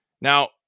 Now